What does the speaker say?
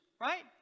right